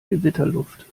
gewitterluft